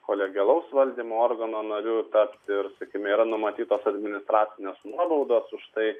kolegialaus valdymo organo nariu tapti ir sakykim yra numatytos administracinės nuobaudos už tai